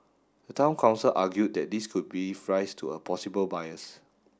the Town Council argued that this could give rise to a possible bias